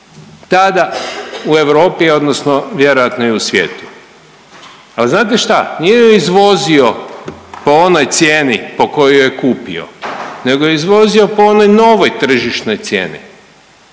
tada u Europi odnosno vjerojatno i u svijetu. Al znate šta? Nije ju izvozio po onoj cijeni po kojoj ju je kupio nego je izvozio po onoj novoj tržišnoj cijeni.